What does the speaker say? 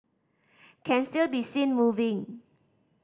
can still be seen moving